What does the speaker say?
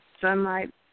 sunlight